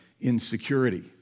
insecurity